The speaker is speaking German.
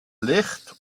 licht